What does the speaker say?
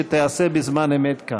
שתיעשה בזמן אמת כאן.